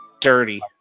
dirty